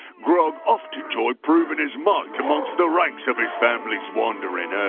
grog often enjoyed proving his might amongst the ranks of his family's wandering ah